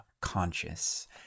conscious